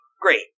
Great